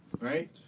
right